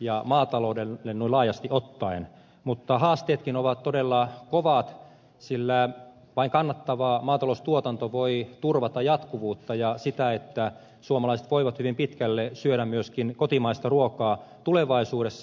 ja maataloudelle noin laajasti ottaen mutta haasteetkin ovat todella kovat sillä vain kannattava maataloustuotanto voi turvata jatkuvuutta ja sitä että suomalaiset voivat hyvin pitkälle syödä myöskin kotimaista ruokaa tulevaisuudessa